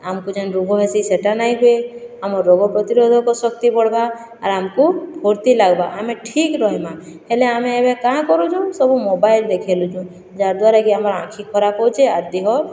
ଆମକୁ ଯେନ୍ ରୋଗ ହେସି ସେଟା ନାଇଁ ହୁଏ ଆମର ରୋଗ ପ୍ରତିରୋଧକ ଶକ୍ତି ବଢ଼୍ବା ଆର୍ ଆମକୁ ଫୁର୍ତ୍ତୀ ଲାଗ୍ବା ଆମେ ଠିକ୍ ରହେମା ହେଲେ ଆମେ ଏବେ କାଁ କରୁଛୁ ସବୁ ମୋବାଇଲ ରେ ଖେଲୁଛୁଁ ଯାହାଦ୍ୱାରାକି ଆମର ଆଖି ଖରାପ୍ ହେଉଛେ ଆର୍ ଦିହ